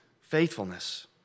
faithfulness